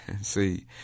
See